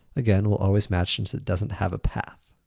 again, will always match since it doesn't have a path.